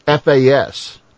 FAS